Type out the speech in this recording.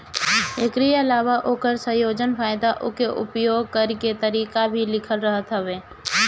एकरी अलावा ओकर संयोजन, फायदा उके उपयोग करे के तरीका भी लिखल रहत हवे